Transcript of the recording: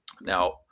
Now